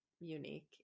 unique